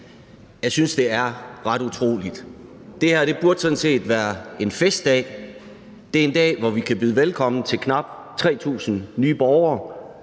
Jeg synes, det er ret utroligt. Det her burde sådan set være en festdag, en dag, hvor vi kan byde velkommen til knap 3.000 borgere